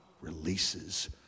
releases